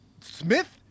Smith